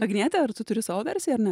agniete ar tu turi savo versiją ar ne